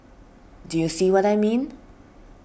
do you see what I mean